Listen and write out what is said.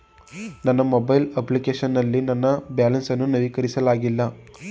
ನನ್ನ mobile application ನಲ್ಲಿ ನನ್ನ ಬ್ಯಾಲೆನ್ಸ್ ಅನ್ನು ನವೀಕರಿಸಲಾಗಿಲ್ಲ